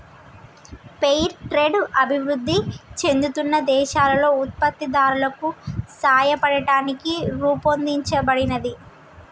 fair trade అభివృద్ధి చెందుతున్న దేశాలలో ఉత్పత్తిదారులకు సాయపడటానికి రూపొందించబడినది